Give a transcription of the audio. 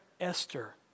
Esther